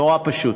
נורא פשוט.